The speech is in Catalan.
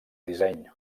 disseny